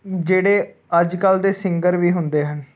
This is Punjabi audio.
ਜਿਹੜੇ ਅੱਜ ਕੱਲ੍ਹ ਦੇ ਸਿੰਗਰ ਵੀ ਹੁੰਦੇ ਹਨ